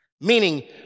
meaning